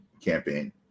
campaign